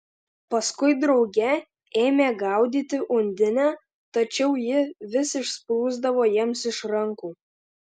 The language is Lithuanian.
paskui drauge ėmė gaudyti undinę tačiau ji vis išsprūsdavo jiems iš rankų